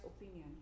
opinion